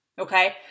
okay